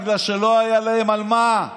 בגלל שלא היה להם על מה.